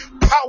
power